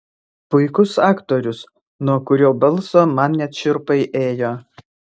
puikus aktorius nuo kurio balso man net šiurpai ėjo